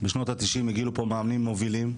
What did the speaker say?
בשנות ה-90 הגיעו לפה מאמנים מובילים,